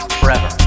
forever